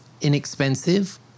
inexpensive